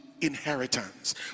inheritance